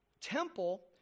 temple